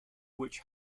which